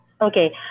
Okay